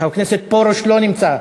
חבר הכנסת פרוש לא נמצא.